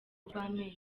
urw’amenyo